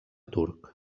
turc